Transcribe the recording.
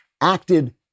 acted